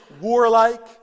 warlike